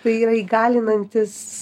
tai yra įgalinantis